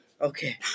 Okay